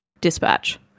dispatch